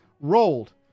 Rolled